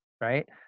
right